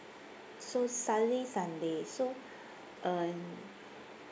so saturday sunday so on